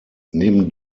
neben